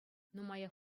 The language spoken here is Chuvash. нумаях